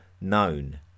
known